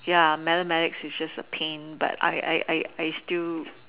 ya mathematics is just a pain but I I I I still